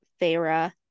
Thera